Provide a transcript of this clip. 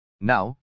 Now